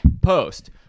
Post